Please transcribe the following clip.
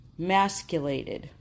masculated